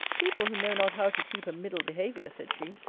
people who know not how to keep a middle behaviour, said she,